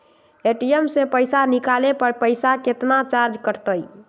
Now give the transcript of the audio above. ATM से पईसा निकाले पर पईसा केतना चार्ज कटतई?